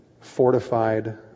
fortified